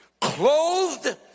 clothed